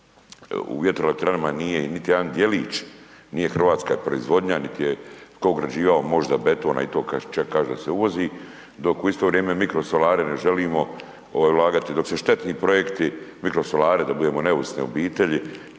u vjetroelektranama nije niti jedan djelić nije hrvatska proizvodnja, nit je tko ugrađivao možda beton, a i to kaže se uvozi, dok u isto vrijeme mikrosolare ne želimo ovaj ulagati, dok se štetni projekti mikrosolari da budemo neovisne obitelji